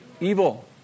Evil